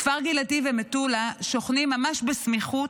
כפר גלעדי ומטולה שוכנים ממש בסמיכות,